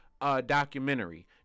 documentary